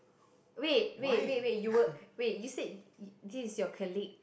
wait wait wait wait you were wait you said y~ this is your colleague